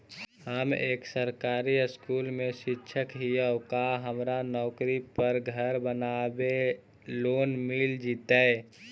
हम एक सरकारी स्कूल में शिक्षक हियै का हमरा नौकरी पर घर बनाबे लोन मिल जितै?